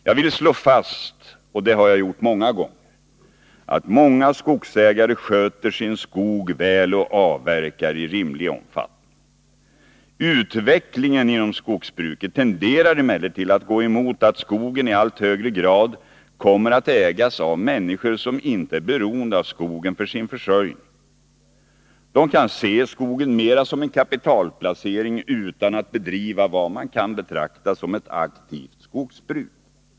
Jag vill slå fast — och det har jag gjort många gånger — att många skogsägare sköter sin skog väl och avverkar i rimlig omfattning. Utvecklingen inom skogsbruket tenderar emellertid att gå i riktning mot att skogen i allt högre grad kommer att ägas av människor som inte är beroende av skogen för sin försörjning. De kan se skogen mera som en kapitalplacering utan att bedriva vad man kan betrakta som ett aktivt skogsbruk.